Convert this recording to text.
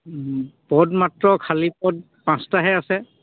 পদ মাত্ৰ খালী পদ পাঁচটাহে আছে